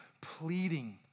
pleading